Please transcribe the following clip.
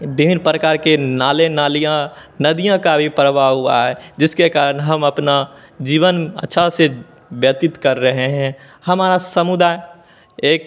विभिन्न परकार के नाले नालियाँ नदियाँ का भी प्रवाह हुआ है जिसके कारण हम अपना जीवन अच्छे से व्यतित कर रहे हैं हमारा समुदाय एक